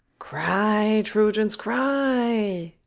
cry, troyans, cry.